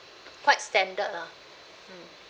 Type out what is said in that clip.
quite standard lah mm